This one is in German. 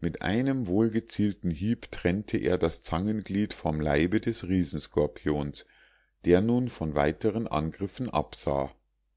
mit einem wohlgezielten hieb trennte er das zangenglied vom leibe des riesenskorpions der nun von weiteren angriffen abstand